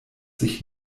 sich